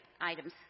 items